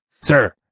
Sir